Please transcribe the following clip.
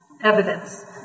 Evidence